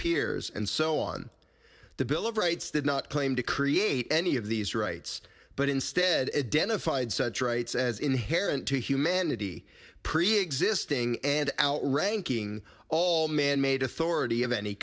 peers and so on the bill of rights did not claim to create any of these rights but instead a den a fight such rights as inherent to humanity preexisting and outranking all manmade authority of any